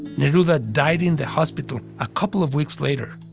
neruda died in the hospital a couple of weeks later.